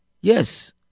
Yes